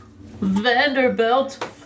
Vanderbilt